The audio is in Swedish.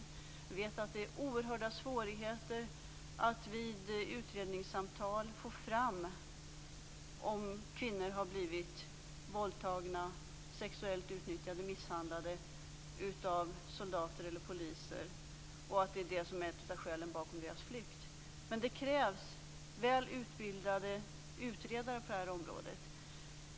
Jag vet att det är oerhört svårt att vid utredningssamtal få fram om kvinnor har blivit våldtagna, sexuellt utnyttjade och misshandlade av soldater eller poliser och att det är det som är ett av skälen bakom deras flykt. Det krävs väl utbildade utredare på det här området.